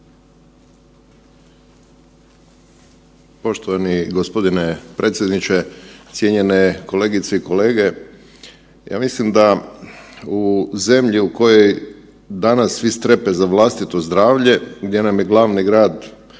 Poštovani g. predsjedniče, cijenjene kolegice i kolege. Ja mislim da u zemlji u kojoj danas svi strepe za vlastito zdravlje, gdje nam je glavni grad